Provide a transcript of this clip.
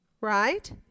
right